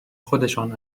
خودشان